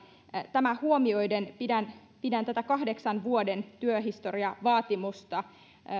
tämä huomioiden pidän pidän tätä kahdeksan vuoden työhistoriavaatimusta